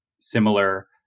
similar